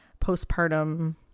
postpartum